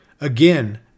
Again